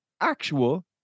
actual